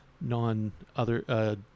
non-Other